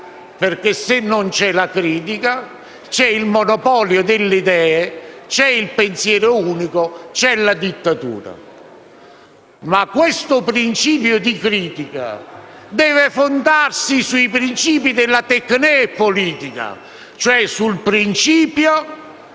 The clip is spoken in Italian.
perché se non c'è la critica c'è il monopolio delle idee, c'è il pensiero unico, c'è la dittatura. Questo principio di critica deve tuttavia fondarsi sulla *tèchne* politica, cioè sul principio